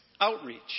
Outreach